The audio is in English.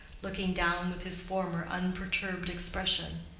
looking down with his former unperturbed expression.